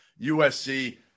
USC